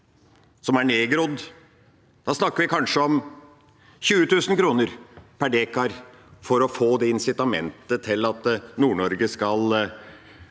som er nedgrodd. Da snakker vi kanskje om 20 000 kr per dekar, for å få det insitamentet til at Nord-Norge skal